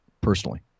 personally